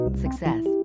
Success